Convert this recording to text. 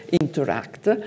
Interact